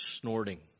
snorting